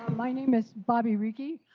my name is bobby rigby.